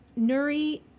Nuri